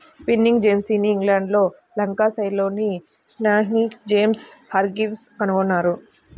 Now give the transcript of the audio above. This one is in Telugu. స్పిన్నింగ్ జెన్నీని ఇంగ్లండ్లోని లంకాషైర్లోని స్టాన్హిల్ జేమ్స్ హార్గ్రీవ్స్ కనుగొన్నారు